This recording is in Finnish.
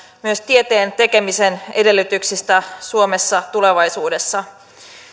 myös tieteen tekemisen edellytyksistä suomessa tulevaisuudessa